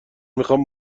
میخوام